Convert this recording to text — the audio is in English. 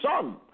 son